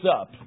up